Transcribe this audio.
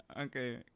Okay